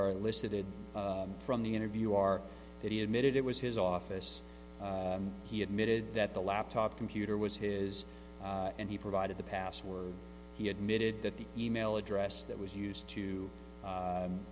are listed from the interview are that he admitted it was his office he admitted that the laptop computer was his and he provided the password he admitted that the e mail address that was used to